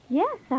yes